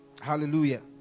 hallelujah